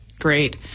great